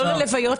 לא ללוויות,